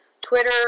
Twitter